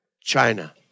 China